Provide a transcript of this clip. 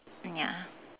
ya